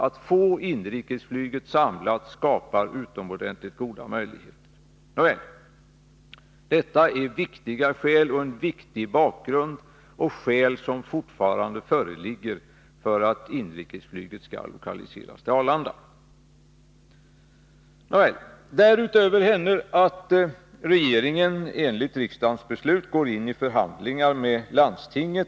Om vi får inrikesflyget samlat, skapas utomordentligt goda utvecklingsmöjligheter. Detta är viktiga skäl och en viktig bakgrund. Dessa skäl för att inrikesflyget skall lokaliseras till Arlanda föreligger fortfarande. Nåväl, regeringen går sedan, enligt riksdagens beslut, in i förhandlingar med Stockholms läns landsting.